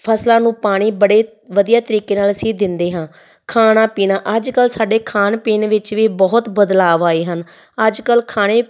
ਫਸਲਾਂ ਨੂੰ ਪਾਣੀ ਬੜੇ ਵਧੀਆ ਤਰੀਕੇ ਨਾਲ ਅਸੀਂ ਦਿੰਦੇ ਹਾਂ ਖਾਣਾ ਪੀਣਾ ਅੱਜ ਕੱਲ੍ਹ ਸਾਡੇ ਖਾਣ ਪੀਣ ਵਿੱਚ ਵੀ ਬਹੁਤ ਬਦਲਾਅ ਆਏ ਹਨ ਅੱਜ ਕੱਲ੍ਹ ਖਾਣੇ